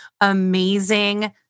amazing